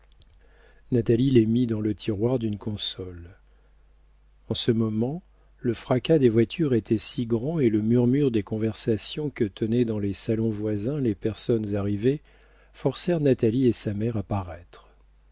natalie les mit dans le tiroir d'une console en ce moment le fracas des voitures était si grand et le murmure des conversations que tenaient dans les salons voisins les personnes arrivées forcèrent natalie et sa mère